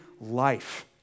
life